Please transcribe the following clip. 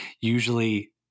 usually